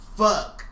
fuck